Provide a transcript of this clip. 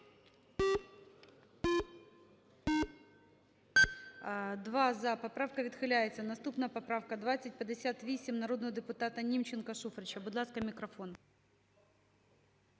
За-2 Поправка відхиляється. Наступна поправка – 2058, народного депутата Німченка, Шуфрича. Будь ласка, мікрофон.